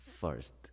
First